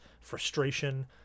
frustration